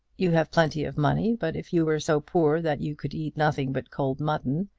you have plenty of money but if you were so poor that you could eat nothing but cold mutton,